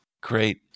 Great